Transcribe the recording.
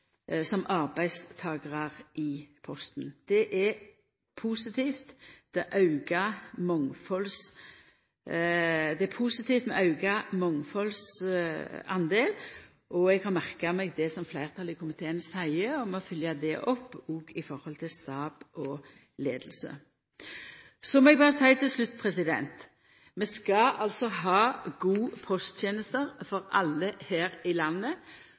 som arbeidstakarar i Posten. Det er positivt med auka mangfaldsdel. Eg har merka meg det som fleirtalet i komiteen seier om å følgja det opp, òg i forhold til stab og leiing. Så må eg berre seia til slutt: Vi skal altså ha gode posttenester for alle her i landet,